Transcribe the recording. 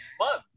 months